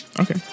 okay